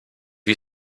you